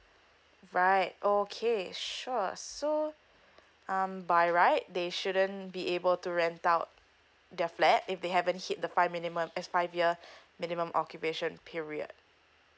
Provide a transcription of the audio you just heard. right okay sure so um by right they shouldn't be able to rent out their flat if they haven't hit the five minimum as five years minimum occupation period